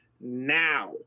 Now